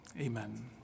amen